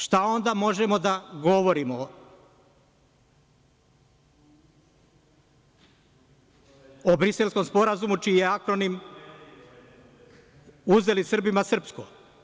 Šta onda možemo da govorimo o Briselskom sporazumu čiji je akronim - uzeli Srbima srpsko.